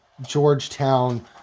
Georgetown